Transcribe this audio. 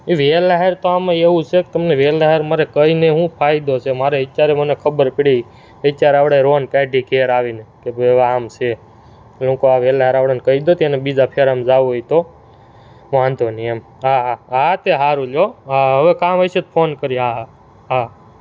વેલાહેર તો આમાં એવું છે કે તમને વેલાહેર મારે કહીને શું ફાયદો છે મારે અત્યારે મને ખબર પડી તો અત્યારે હવે એને રોન કાયઢી ઘેર આવીને કે ભાઈ આમ છે લોકો વેલાવાળાને કહી દઉં એને બીજા ફેરામાં જવું હોય તો વાંધો નહીં એમ હા હા હા તે સારું લ્યો હા હવે કામ હશે તો ફોન કરીશ હા હા હા